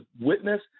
witness